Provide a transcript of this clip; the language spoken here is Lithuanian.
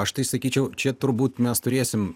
aš tai sakyčiau čia turbūt mes turėsim